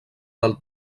del